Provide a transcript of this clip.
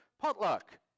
Potluck